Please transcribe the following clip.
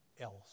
else